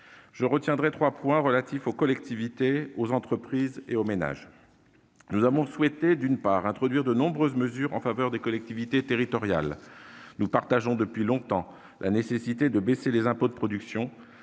je retiendrais trois points, relatifs aux collectivités, aux entreprises et aux ménages. Nous avons souhaité, d'une part, introduire de nombreuses mesures en faveur des collectivités territoriales. Nous sommes depuis longtemps persuadés de la nécessité de baisser les impôts de production,